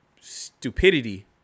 stupidity